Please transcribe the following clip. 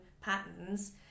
patterns